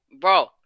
Bro